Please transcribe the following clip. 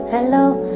Hello